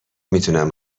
میتونم